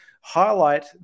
highlight